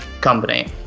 company